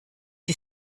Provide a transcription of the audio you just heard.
sie